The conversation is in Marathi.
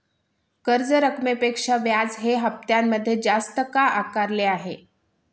कर्ज रकमेपेक्षा व्याज हे हप्त्यामध्ये जास्त का आकारले आहे?